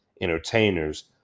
entertainers